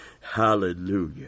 hallelujah